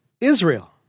Israel